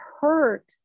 hurt